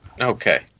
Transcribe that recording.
Okay